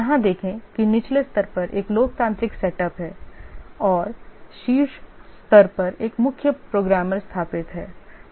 यहां देखें कि निचले स्तर पर एक लोकतांत्रिक सेटअप है और शीर्ष स्तर पर एक मुख्य प्रोग्रामर स्थापित है